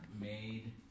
made